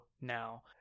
now